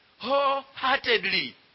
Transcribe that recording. wholeheartedly